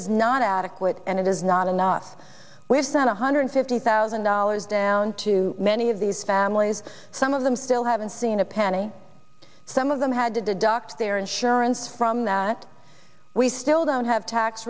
is not adequate and it is not enough we have sent one hundred fifty thousand dollars down to many of these families some of them still haven't seen a penny some of them had to deduct their insurance from that we still don't have tax